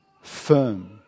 firm